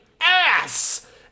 ass